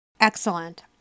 Excellent